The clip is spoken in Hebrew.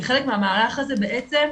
וכחלק מהמערך הזה בעצם,